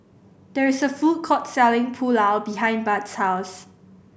there is a food court selling Pulao behind Bud's house